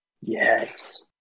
Yes